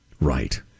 Right